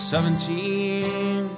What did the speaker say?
Seventeen